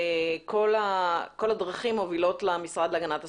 כל הדרכים מובילות למשרד להגנת הסביבה.